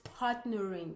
partnering